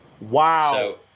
Wow